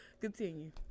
Continue